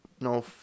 no